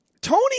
Tony